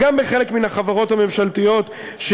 גם בחלק מהחברות הממשלתיות,